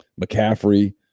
McCaffrey